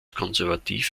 konservativ